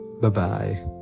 bye-bye